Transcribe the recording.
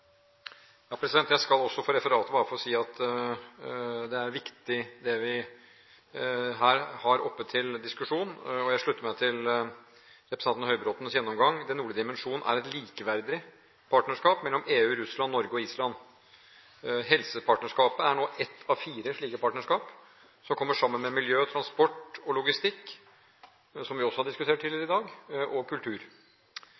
Jeg vil – også for referatet – bare få si at det er viktig det som vi her har oppe til diskusjon. Jeg slutter meg til representanten Høybråtens gjennomgang. Den nordlige dimensjon er et likeverdig partnerskap mellom EU, Russland, Norge og Island. Helsepartnerskapet er nå ett av fire slike partnerskap, sammen med miljø, transport og logistikk – som vi har diskutert tidligere